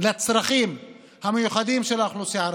לצרכים המיוחדים של האוכלוסייה הערבית,